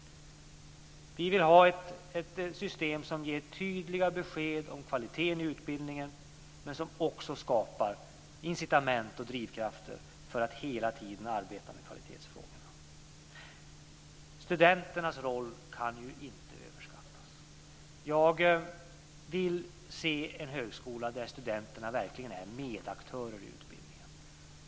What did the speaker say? Vi vill ha ett system som ger tydliga besked om kvaliteten i utbildningen och som också skapar incitament och drivkrafter för att hela tiden arbeta med kvalitetsfrågorna. Studenternas roll kan inte överskattas. Jag vill se en högskola där studenterna verkligen är medaktörer i utbildningen.